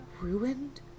ruined